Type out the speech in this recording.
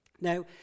Now